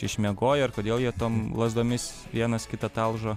išmiegoję ir kodėl jie tom lazdomis vienas kitą talžo